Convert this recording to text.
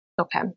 Okay